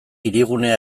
hirigunea